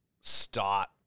start